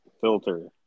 Filter